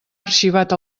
arxivat